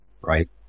right